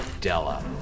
Della